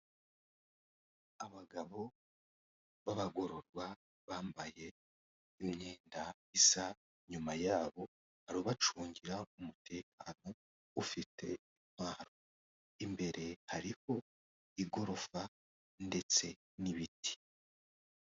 Abagabo b'abagororwa bambaye imyenda isa inyuma yabo hari ababacungira umutekano ufite intwaro imbere hariho igorofa ndetse n'ibiti.